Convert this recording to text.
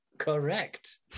Correct